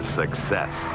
success